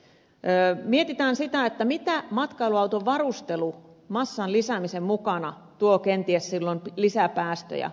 mietitään sitä mitä matkailuauton varustelu massan lisäämisen mukana tuo kenties lisäpäästöjä